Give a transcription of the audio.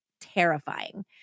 Terrifying